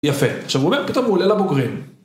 יפה, עכשיו הוא אומר פתאום עולה לבוגרים.